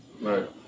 Right